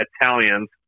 Italians